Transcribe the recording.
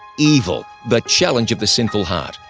evil the challenge of the sinful heart.